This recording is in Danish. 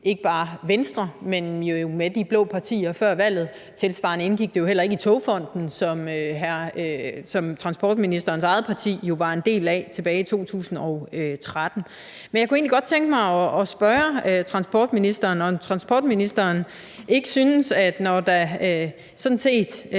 ikke bare Venstre, men jo med de blå partier, før valget. Tilsvarende indgik det jo heller ikke i Togfonden DK, som transportministerens eget parti jo var en del af tilbage i 2013. Men jeg kunne egentlig godt tænke mig at spørge transportministeren, om transportministeren ikke synes, at der – sådan set